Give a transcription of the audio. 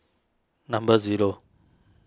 number zero